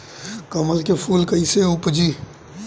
कमल के फूल कईसे उपजी?